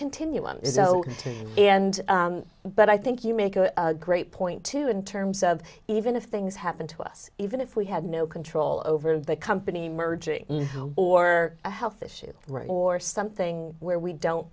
continuum is old and but i think you make a great point too in terms of even if things happen to us even if we have no control over the company merging or a health issue right or something where we don't